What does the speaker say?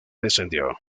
descendió